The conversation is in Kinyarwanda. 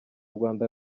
rwanda